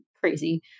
crazy